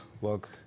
work